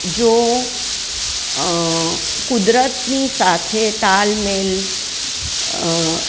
જો કુદરતની સાથે તાલમેલ